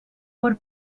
por